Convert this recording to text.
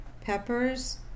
peppers